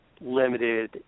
limited